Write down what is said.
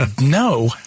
no